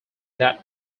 that